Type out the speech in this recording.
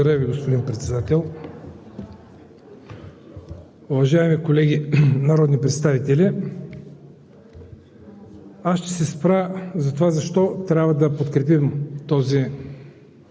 Ви, господин Председател. Уважаеми колеги народни представители! Аз ще се спра на това защо трябва да подкрепим